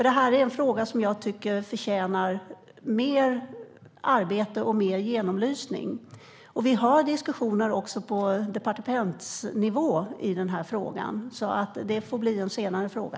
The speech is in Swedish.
Det är en fråga som jag tycker förtjänar mer arbete och mer genomlysning. Vi har diskussioner också på departementsnivå i den här frågan. Detta får bli en senare fråga.